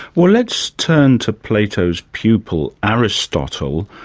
well, let's turn to plato's pupil aristotle,